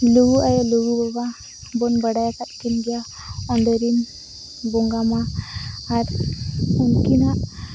ᱞᱩᱜᱩ ᱟᱭᱳ ᱞᱩᱜᱩ ᱵᱟᱵᱟᱵᱚᱱ ᱵᱟᱲᱟᱭ ᱟᱠᱟᱫᱠᱤᱱ ᱜᱮᱭᱟ ᱚᱸᱰᱮᱨᱤᱱ ᱵᱚᱸᱜᱟ ᱢᱟ ᱟᱨ ᱩᱱᱠᱤᱱᱟᱜ